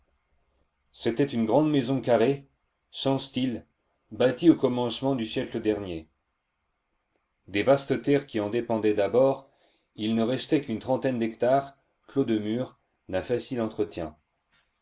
c'était une grande maison carrée sans style bâtie au commencement du siècle dernier des vastes terres qui en dépendaient d'abord il ne restait qu'une trentaine d'hectares clos de murs d'un facile entretien